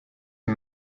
sie